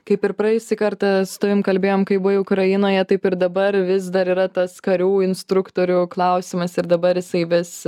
kaip ir praėjusį kartą su tavim kalbėjom kai buvai ukrainoje taip ir dabar vis dar yra tas karių instruktorių klausimas ir dabar jisai vis